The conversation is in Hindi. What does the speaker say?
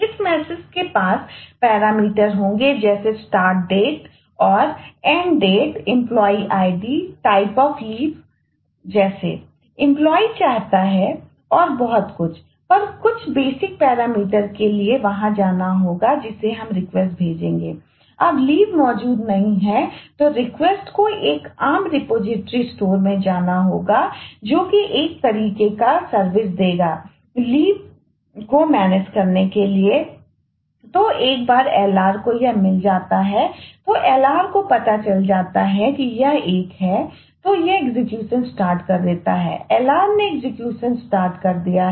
इस मैसेज कर दिया है